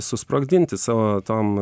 susprogdinti savo tom